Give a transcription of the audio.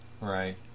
Right